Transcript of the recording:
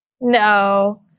No